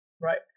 Right